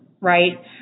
right